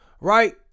right